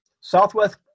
Southwest